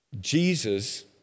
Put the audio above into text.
Jesus